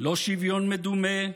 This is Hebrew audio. לא שוויון מדומה,